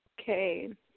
Okay